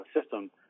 system